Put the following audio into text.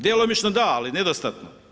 Djelomično da ali nedostatno.